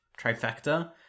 trifecta